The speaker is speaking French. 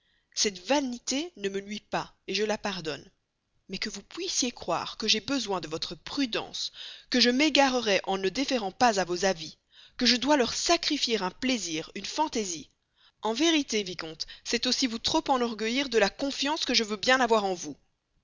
cette vanité ne me nuit pas je la pardonne mais que vous puissiez croire que j'ai besoin de votre prudence que je m'égarerais en ne déférant pas à vos avis que je dois leur sacrifier un plaisir une fantaisie en vérité vicomte c'est aussi vous trop enorgueillir de la confiance que je veux bien avoir en vous